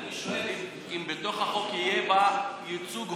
אני שואל אם בתוך החוק יהיה ייצוג הולם.